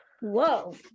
Whoa